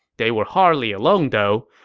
they were hardly alone, though.